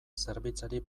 zerbitzari